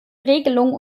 regelung